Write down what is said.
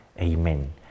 Amen